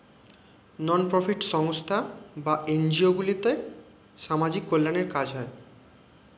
নন profit সংস্থা বা NGO গুলোতে সামাজিক কল্যাণের কাজ হয়